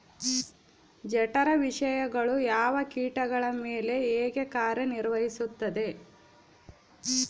ಜಠರ ವಿಷಯಗಳು ಯಾವ ಕೇಟಗಳ ಮೇಲೆ ಹೇಗೆ ಕಾರ್ಯ ನಿರ್ವಹಿಸುತ್ತದೆ?